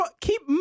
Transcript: keep